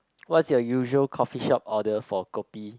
what's your usual coffee shop order for Kopi